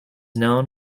known